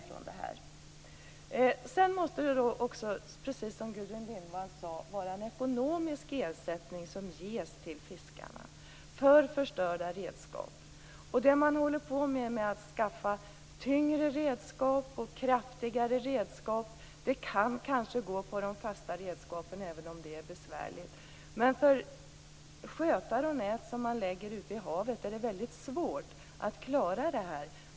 Precis som Gudrun Lindvall sade måste det ges en ekonomisk ersättning till fiskarna för förstörda redskap. Att skaffa tyngre och kraftigare redskap kan kanske fungera när det gäller de fasta redskapen, även om det är besvärligt, men det är väldigt svårt att klara detta när det gäller skötar och nät som man lägger ute i havet.